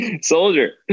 Soldier